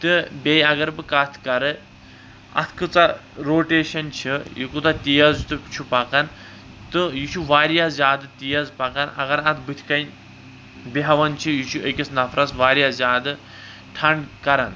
تہٕ بیٚیہِ اَگر بہٕ کَتھ کَرٕ اَتھ کٲژہ روٹیشن چھِ یہِ کوٗتاہ تیز تہِ چھُ پکان تہٕ یہِ چھُ واریاہ زیادٕ تیز پَکان اَگر اَتھ بتھۍ کَنۍ بیہوان چھِ یہِ چُھ أکِس نَفرَس واریاہ زیادٕ ٹھنٛڈ کران